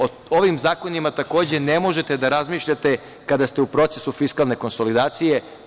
O ovim zakonima ne možete da razmišljate kada ste u procesu fiskalne konsolidacije.